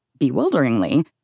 bewilderingly